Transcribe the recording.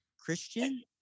Christian